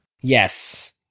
Yes